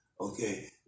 okay